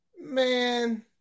Man